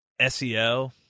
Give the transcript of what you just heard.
SEO